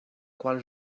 qual